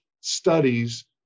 studies